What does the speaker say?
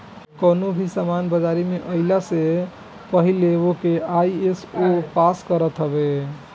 कवनो भी सामान बाजारी में आइला से पहिले ओके आई.एस.ओ पास करत हवे